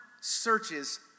searches